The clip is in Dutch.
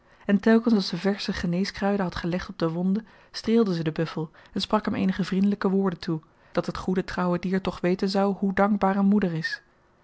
en telkens als ze versche geneeskruiden had gelegd op de wonde streelde zy den buffel en sprak hem eenige vriendelyke woorden toe dat het goede trouwe dier toch weten zou hoe dankbaar een moeder is